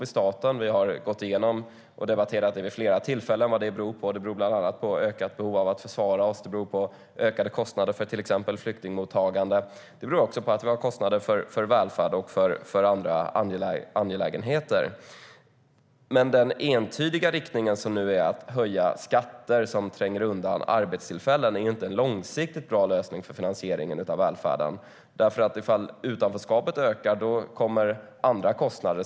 Vi har vid flera tillfällen debatterat vad det beror på. Det beror bland annat på ett ökat behov av att försvara oss och på ökade kostnader för flyktingmottagande, men det beror också på att vi har kostnader för välfärd och andra angelägenheter. Den entydiga riktning som nu finns, att höja skatter som tränger undan arbetstillfällen, är inte en långsiktigt bra lösning för finansieringen av välfärden. Ifall utanförskapet ökar kommer andra kostnader.